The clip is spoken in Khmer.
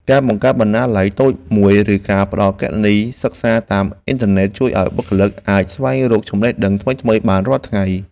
ការបង្កើតបណ្ណាល័យតូចមួយឬការផ្ដល់គណនីសិក្សាតាមអ៊ីនធឺណិត ជួយឱ្យបុគ្គលិកអាចស្វែងរកចំណេះដឹងថ្មីៗបានរាល់ថ្ងៃ។